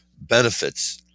benefits